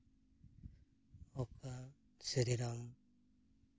ᱚᱠᱟ ᱥᱨᱤ ᱨᱟᱢ